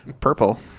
Purple